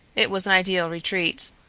it was an ideal retreat.